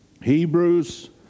Hebrews